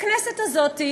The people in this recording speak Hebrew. בכנסת הזאת,